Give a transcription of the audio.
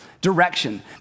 direction